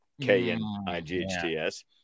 K-N-I-G-H-T-S